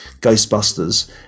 Ghostbusters